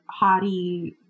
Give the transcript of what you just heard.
Hottie